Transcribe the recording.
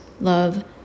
love